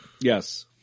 Yes